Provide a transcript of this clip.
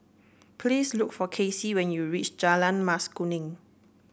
please look for Casey when you reach Jalan Mas Kuning